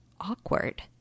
awkward